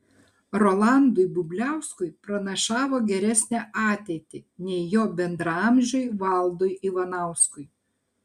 rolandui bubliauskui pranašavo geresnę ateitį nei jo bendraamžiui valdui ivanauskui